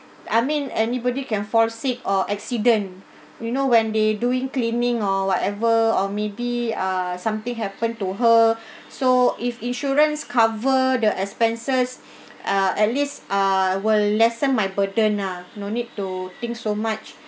I mean anybody can fall sick or accident you know when they doing cleaning or whatever or maybe ah something happen to her so if insurance cover the expenses uh at least ah will lesson my burden lah no need to think so much